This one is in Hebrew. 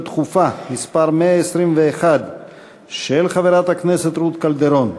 דחופה מס' 121 של חברת הכנסת רות קלדרון.